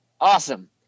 awesome